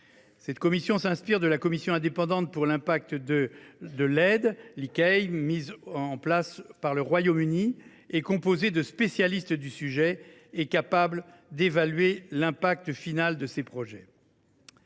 Cette commission s’inspire de la commission indépendante pour l’impact de l’aide, ou (ICAI), mise en place au Royaume Uni, qui est composée de spécialistes du sujet, capables d’évaluer l’impact final des projets.